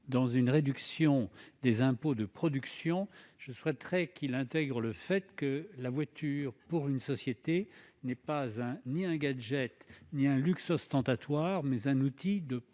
d'une réduction des impôts de production, je souhaiterais qu'il intègre le fait qu'un véhicule de société n'est ni un gadget ni un luxe ostentatoire, mais un outil de production